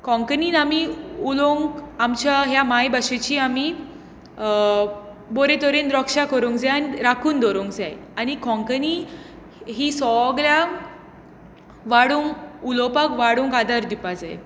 कोंकणीन आमी उलोवंक आमच्या ह्या मायभोशेची आमी बरे तरेन रक्षा करूंक जाय आनी राखून दवरूंक जाय आनी कोंकणी ही सगल्यांक वाडोवंक उलोवपाक वाडोवंक आदार दिवपाक जाय